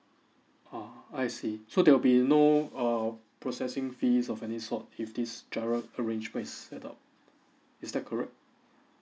ah I see so there will be no err processing fees of any sort if these giro arrangement is set up is that correct